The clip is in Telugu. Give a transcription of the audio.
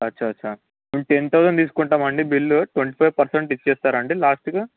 అచ్చ అచ్చ మేము టెన్ తౌజండ్ తీసుకుంటాం అండి బిల్లు ట్వంటీ ఫైవ్ పర్సెంట్ ఇచ్చేస్తారండి లాస్ట్గా